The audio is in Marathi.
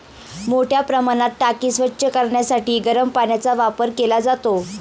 मोठ्या प्रमाणात टाकी स्वच्छ करण्यासाठी गरम पाण्याचा वापर केला जातो